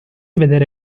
vedere